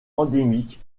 endémique